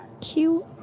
Cute